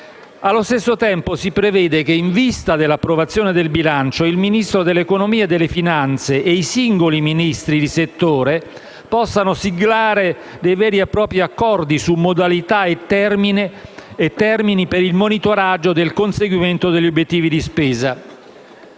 Allo stesso tempo, si prevede che, in vista dell'approvazione del bilancio, il Ministro dell'economia e delle finanze e i singoli Ministri di settore possano siglare dei veri e propri accordi su modalità e termini per il monitoraggio del conseguimento degli obiettivi di spesa.